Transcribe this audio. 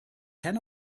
ten